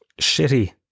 shitty